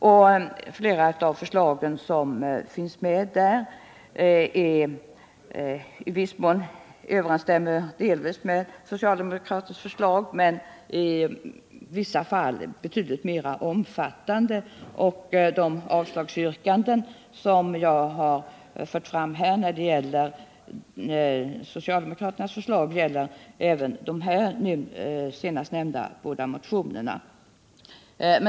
Många av förslagen överensstämmer i viss mån med socialdemokraternas förslag, men i vissa fall är de mycket mer omfattande. De avslagsyrkanden som jag har framfört beträffande socialdemokraternas förslag gäller även de senast nämnda motionerna.